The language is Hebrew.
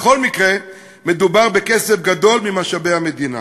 בכל מקרה, מדובר בכסף גדול ממשאבי המדינה.